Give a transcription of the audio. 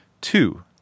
Two